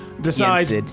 Decides